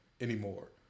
anymore